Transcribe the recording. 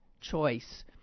choice